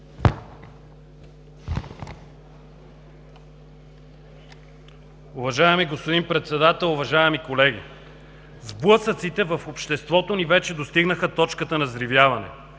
Уважаеми господин Председател, уважаеми колеги! Сблъсъците в обществото ни вече достигнаха точката на взривяване.